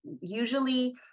usually